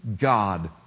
God